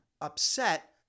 upset